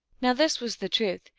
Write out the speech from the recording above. now this was the truth,